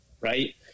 right